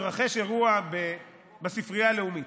התרחש אירוע בספרייה הלאומית?